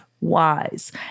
wise